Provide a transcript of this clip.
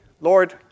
Lord